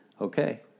Okay